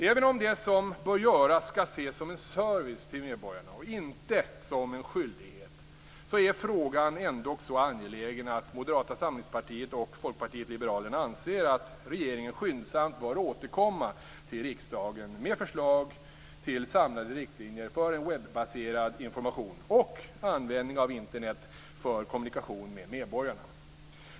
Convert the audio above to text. Även om det som bör göras skall ses som en service till medborgarna, inte som en skyldighet, är frågan ändå så angelägen att Moderata samlingspartiet och Folkpartiet liberalerna anser att regeringen skyndsamt bör återkomma till riksdagen med förslag till samlade riktlinjer för en webbaserad information och användning av Internet för kommunikation med medborgarna.